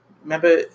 Remember